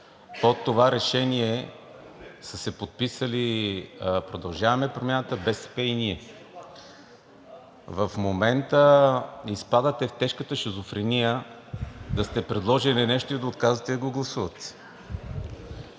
Под това решение са се подписали „Продължаваме Промяната“, БСП и ние. В момента изпадате в тежката шизофрения да сте предложили нещо и да отказвате да го гласувате.